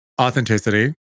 authenticity